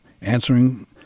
answering